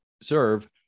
serve